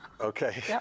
Okay